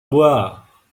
boire